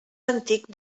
antic